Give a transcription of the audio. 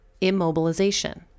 immobilization